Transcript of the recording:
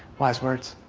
wise words,